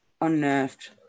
Unnerved